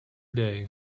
day